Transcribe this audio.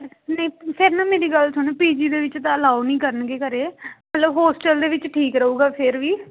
ਨਹੀਂ ਫਿਰ ਨਾ ਮੇਰੀ ਗੱਲ ਸੁਣੋ ਪੀ ਜੀ ਦੇ ਵਿੱਚ ਤਾਂ ਅਲਾਓ ਨਹੀਂ ਕਰਨਗੇ ਘਰੇ ਮਤਲਬ ਹੋਸਟਲ ਦੇ ਵਿੱਚ ਠੀਕ ਰਹੂਗਾ ਫਿਰ ਵੀ